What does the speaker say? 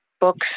books